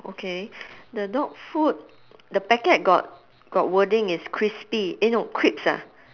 okay the dog food the packet got got wording it's crispy eh no crisps ah